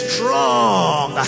Strong